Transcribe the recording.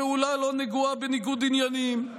הפעולה לא נגועה בניגוד עניינים,